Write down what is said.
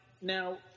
now